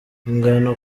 ingano